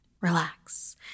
relax